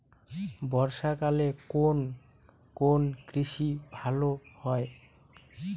বর্ষা কালে কোন কোন কৃষি ভালো হয়?